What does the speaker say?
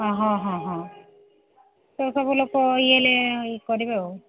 ହଁ ହଁ ହଁ ହଁ ତ ସବୁ ଲୋକ ଇଏ ହେଲେ ଇଏ କରିବେ ଆଉ